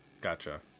Gotcha